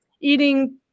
eating